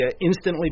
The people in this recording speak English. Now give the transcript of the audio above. instantly